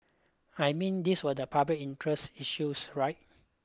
I mean these were the public interest issues right